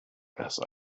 erst